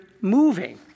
moving